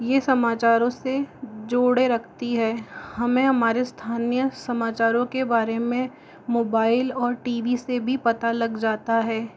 ये समाचारों से जोड़े रखती है हमें हमारे स्थानीय समाचारों के बारे में मोबाईल और टी वी से भी पता लग जाता है